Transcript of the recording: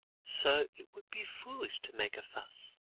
so it would be foolish to make a fuss.